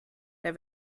der